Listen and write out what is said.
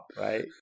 right